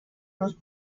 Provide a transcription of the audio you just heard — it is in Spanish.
unos